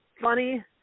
funny